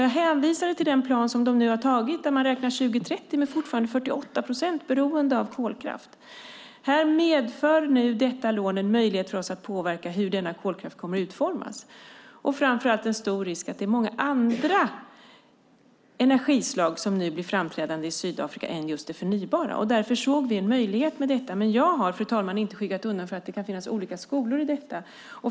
Jag hänvisade till den plan som man har antagit i Sydafrika där man räknar med att 48 procent fortfarande är beroende av kolkraft år 2030. Detta lån medför nu en möjlighet för oss att påverka hur denna kolkraft kommer att utformas. Framför allt är det en stor risk att många andra energislag nu blir framträdande i Sydafrika än just det förnybara. Därför såg vi en möjlighet med detta. Men jag har inte bortsett från att det kan finnas olika skolor i detta.